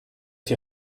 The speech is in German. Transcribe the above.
die